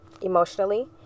emotionally